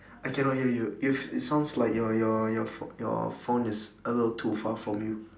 I cannot hear you it it sounds like your your your phone your phone is a little too far from you